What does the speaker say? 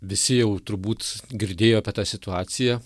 visi jau turbūt girdėjo apie tą situaciją